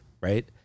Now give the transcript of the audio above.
right